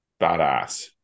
badass